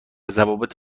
ضوابط